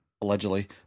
allegedly